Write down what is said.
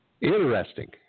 Interesting